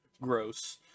gross